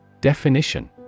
Definition